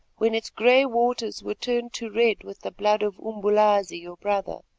when its grey waters were turned to red with the blood of umbulazi your brother,